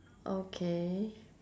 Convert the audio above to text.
okay